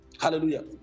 Hallelujah